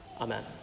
Amen